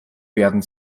werden